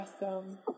Awesome